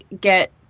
get